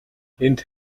энд